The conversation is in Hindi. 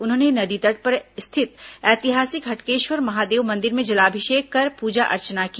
उन्होंने नदी तट पर स्थित ऐतिहासिक हटकेश्वर महादेव मंदिर में जलाभिषेक कर पूजा अर्चना की